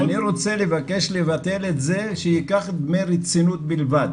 אני רוצה לבקש לבטל את זה ושייקח דמי רצינות בלבד